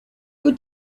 your